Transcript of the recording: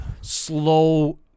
slow